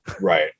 Right